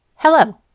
Hello